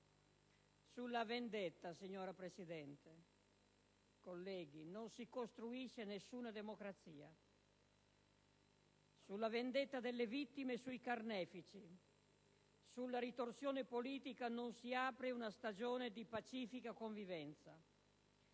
Sulla vendetta, signora Presidente, colleghi, non si costruisce nessuna democrazia; sulla vendetta delle vittime e sui carnefici, sulla ritorsione politica non si apre una stagione di pacifica convivenza.